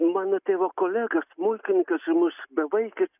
mano tėvo kolega smuikininkas ir mus bevaikis